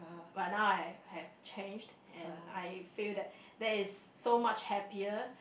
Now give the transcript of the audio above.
but I've have changed and I feel that that's so much happier